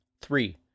Three